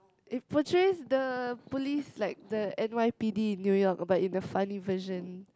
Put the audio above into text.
it portrays the police like the N_Y_P_D in New York but in a funny version